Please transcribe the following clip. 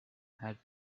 had